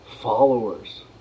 followers